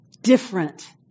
different